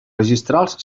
registrals